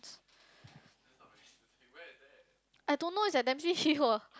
I don't know is at Dempsey-Hill !woah!